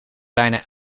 bijna